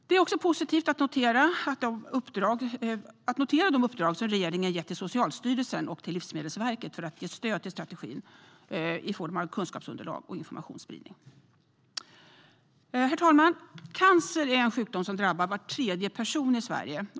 Det är också positivt att notera de uppdrag regeringen har gett till Socialstyrelsen och Livsmedelsverket för att ge stöd till strategin i form av kunskapsunderlag och informationsspridning. Herr talman! Cancer är en sjukdom som drabbar var tredje person i Sverige.